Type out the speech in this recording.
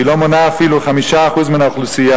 היא לא מונה אפילו 5% מן האוכלוסייה,